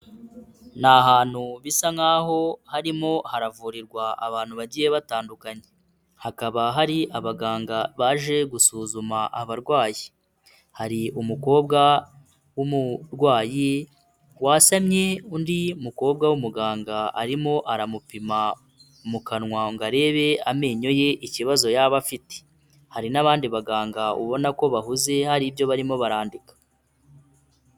Ni ahantu bisa nkaho harimo haravurirwa abantu bagiye batandukanye. Hakaba hari abaganga baje gusuzuma abarwayi. Hari umukobwa w'umurwayi wasamye, undi mukobwa w'umuganga arimo aramupima mu kanwa ngo arebe amenyo ye ikibazo yaba afite. Hari n'abandi baganga ubona ko bahuze hari ibyo barimo barandika.